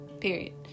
Period